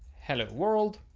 hello world.